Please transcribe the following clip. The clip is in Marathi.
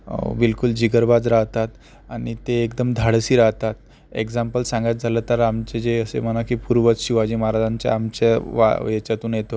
बिलकुल जिगरबाज राहतात आणि ते एकदम धाडसी राहतात एक्झाम्पल सांगायचं झालं तर आमचे जे असे म्हणा की पूर्वज शिवाजी महाराजांच्या आमच्या वा याच्यातून येतो